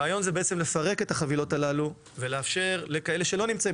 הרעיון הוא לפרק את החבילות הללו ולאפשר לכאלה שלא נמצאים